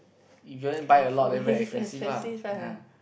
if you only buy a lot then very expensive ah